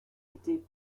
été